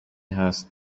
هست